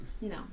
No